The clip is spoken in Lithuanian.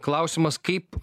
klausimas kaip